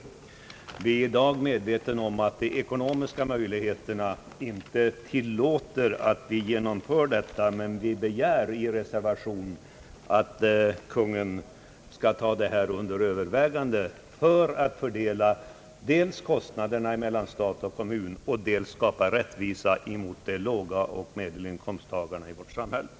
Vi är i dag medvetna om att de ekonomiska möjligheterna inte tillåter att vi genomför detta. Men vi begär i reservation att Kungl. Maj:t skall ta under övervägande frågan om att dels fördela kostnaderna mellan stat och kommun, dels skapa rättvisa för dem som har låga och medelstora inkomster.